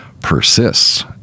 persists